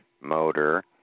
motor